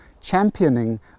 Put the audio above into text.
championing